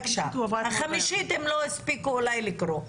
החמישית הם לא הספיקו אולי לקרוא.